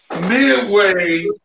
Midway